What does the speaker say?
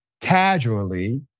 casually